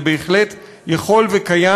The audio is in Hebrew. זה בהחלט קיים,